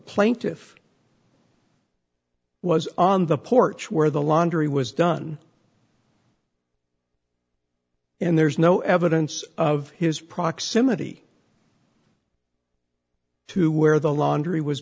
plaintiff was on the porch where the laundry was done and there's no evidence of his proximity to where the laundry was